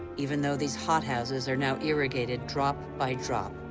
even though these hothouses are now irrigated drop by drop,